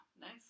Nice